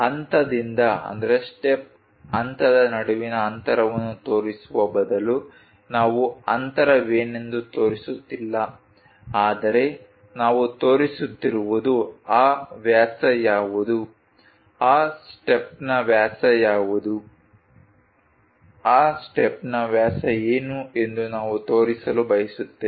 ಹಂತದಿಂದ ಹಂತದ ನಡುವಿನ ಅಂತರವನ್ನು ತೋರಿಸುವ ಬದಲು ನಾವು ಅಂತರವೇನೆಂದು ತೋರಿಸುತ್ತಿಲ್ಲ ಆದರೆ ನಾವು ತೋರಿಸುತ್ತಿರುವುದು ಆ ವ್ಯಾಸ ಯಾವುದು ಆ ಸ್ಟೆಪ್ನ ವ್ಯಾಸ ಯಾವುದು ಆ ಸ್ಟೆಪ್ನ ವ್ಯಾಸ ಏನು ಎಂದು ನಾವು ತೋರಿಸಲು ಬಯಸುತ್ತೇವೆ